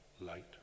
light